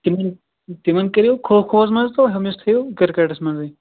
تِمَن تِمَن کٔرِو کھو کھوَس منٛز تہٕ ہُمِس تھٲوِو کِرکَٹَس منٛزٕے